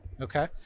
okay